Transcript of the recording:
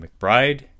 McBride